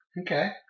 Okay